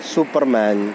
Superman